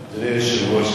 היושב-ראש,